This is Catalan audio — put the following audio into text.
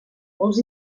molts